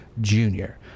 junior